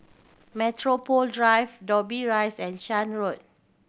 Metropole Drive Dobbie Rise and Shan Road